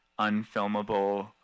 unfilmable